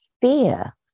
fear